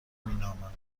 مینامم